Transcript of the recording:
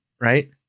right